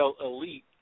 elite